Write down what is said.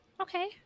Okay